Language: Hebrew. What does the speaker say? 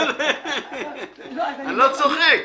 אני לא צוחק.